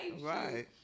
Right